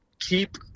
keep